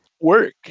work